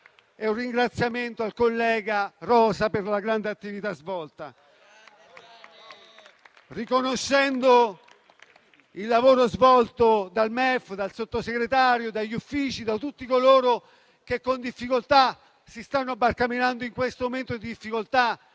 e un ringraziamento al collega Rosa per la grande attività svolta. Riconoscendo il lavoro svolto dal MEF, dal Sottosegretario, dagli uffici e da tutti coloro che si stanno barcamenando in questo momento di difficoltà